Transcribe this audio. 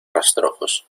rastrojos